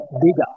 bigger